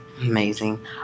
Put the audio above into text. Amazing